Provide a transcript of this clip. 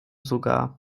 sogar